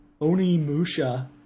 Onimusha